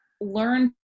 learn